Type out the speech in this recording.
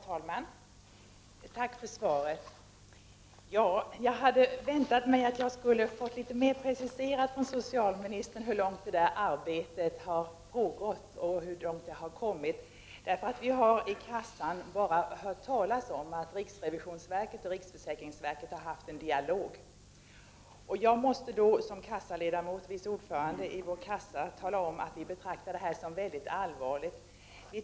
Herr talman! Tack för svaret! Jag hade väntat mig att socialministern skulle ha preciserat litet mera hur länge arbetet har pågått och hur långt det har kommit. Vi har inom försäkringskassan bara hört talas om att riksrevisionsverket och riksförsäkringsverket har haft en dialog. Som ledamot och vice ordförande i en kassa måste jag tala om att vi betraktar detta som mycket allvarligt.